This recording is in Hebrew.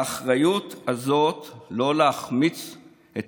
האחריות הזאת, לא להחמיץ את